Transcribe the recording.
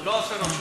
לא עושה רושם.